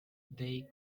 they